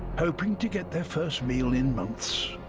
hoping to get their first meal in months.